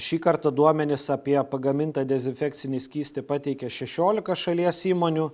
šį kartą duomenis apie pagamintą dezinfekcinį skystį pateikė šešiolika šalies įmonių